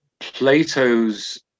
Plato's